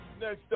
Next